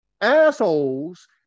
Assholes